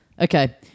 Okay